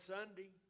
Sunday